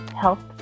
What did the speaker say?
health